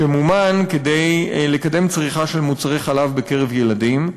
שמומן כדי לקדם צריכה של מוצרי חלב בקרב ילדים,